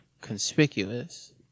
conspicuous